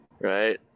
Right